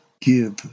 give